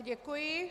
Děkuji.